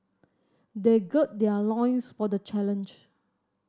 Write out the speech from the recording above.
they gird their loins for the challenge